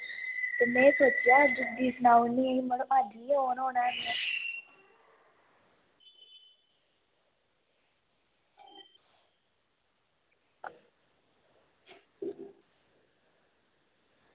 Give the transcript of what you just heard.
ते में सोचेआ दीदी ई सनाई ओड़नी आं कि अज्ज निं औन होना में